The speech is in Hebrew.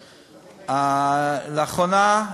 לאחרונה,